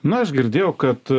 na aš girdėjau kad